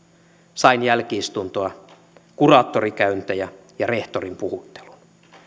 sain jälki istuntoa kuraattorikäyntejä ja rehtorin puhuttelua